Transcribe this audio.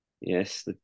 Yes